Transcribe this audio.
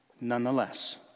Nonetheless